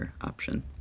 option